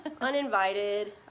Uninvited